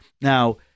Now